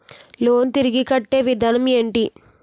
Loan తిరిగి కట్టే విధానం ఎంటి?